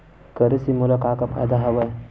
करे से मोला का का फ़ायदा हवय?